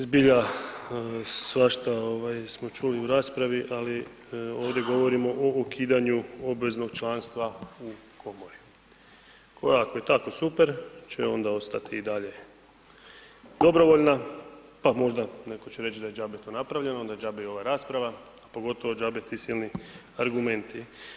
Zbilja svašta smo čuli u raspravi ali ovdje govorimo o ukidanju obveznog članstva u komorama koje ako je tako, super će onda ostati i dalje dobrovoljna pa možda netko će reć da je džabe to napravljeno onda je džabe i ova rasprava, pogotovo džabe ti silni argumenti.